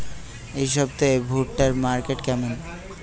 এই সপ্তাহে ভুট্টার মার্কেট কেমন?